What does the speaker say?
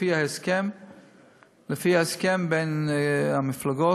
לפי ההסכם בין המפלגות,